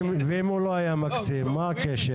ואם הוא לא היה מקסים, מה הקשר?